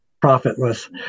profitless